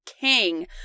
king